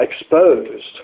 exposed